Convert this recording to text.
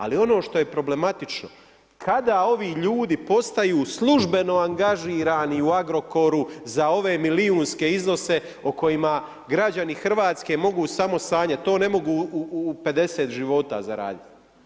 Ali, ono što je problematično, kada ovi ljudi postanu službeni angažirani u Agrokoru za ove milijunske iznose, o kojima građanki Hrvatske mogu samo sanjati, to ne mogu u 50 života zaraditi.